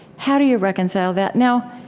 how do you reconcile that? now,